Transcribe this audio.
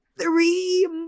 three